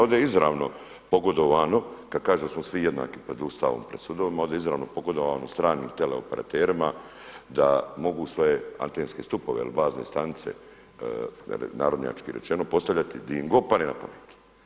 Ovdje je izravno pogodovano kada kaže da smo svi jednaki pred Ustavom, pred sudovima, ovdje je izravno pogodovano stranim teleoperaterima da mogu svoje antenske stupove ili bazne stanice narodnjački rečeno postavljati gdje im god padne na pamet.